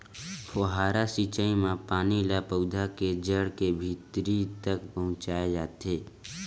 फव्हारा सिचई म पानी ल पउधा के जड़ के भीतरी तक पहुचाए जाथे